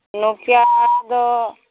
Nokia ᱫᱚ